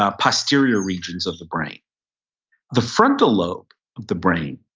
ah posterior regions of the brain the frontal lobe of the brain,